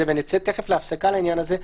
עכשיו ונצא מיד להפסקה על העניין הזה,